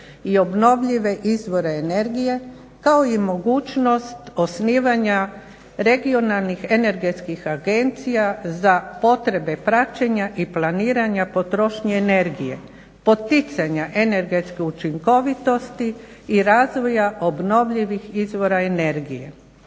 i obnovljive izvore energije kao i mogućnost osnivanja regionalnih energetskih agencija za potrebe praćenja i planiranja potrošnje energije, poticanja energetske učinkovitosti i razvoja obnovljivih izvora energije.